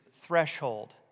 Threshold